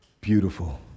Beautiful